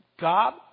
God